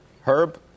Herb